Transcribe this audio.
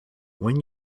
when